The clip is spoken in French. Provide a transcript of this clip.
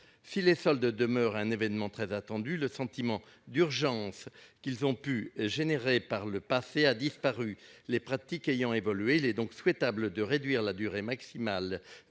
Si les soldes demeurent un événement très attendu, le sentiment d'urgence qu'ils ont pu susciter par le passé a disparu, les pratiques ayant évolué. Il est donc souhaitable de réduire leur durée maximale.